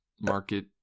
market